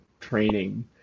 training